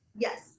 Yes